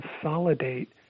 consolidate